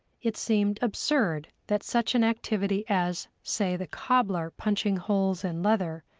it seemed absurd that such an activity as, say, the cobbler punching holes in leather,